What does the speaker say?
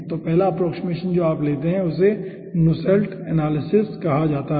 तो पहला अप्प्रोक्सिमेशन जो आप लेते हैं उसे नसेल्ट एनालिसिस कहा जाता है